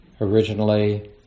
originally